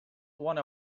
one